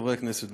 חברי הכנסת,